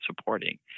supporting